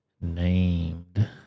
Named